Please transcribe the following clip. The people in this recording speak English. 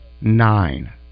nine